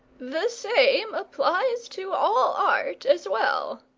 the same applies to all arts as well,